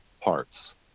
parts